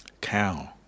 cow